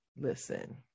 listen